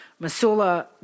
Masula